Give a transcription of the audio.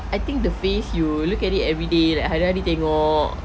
I think the face you look at it every day like hari hari tengok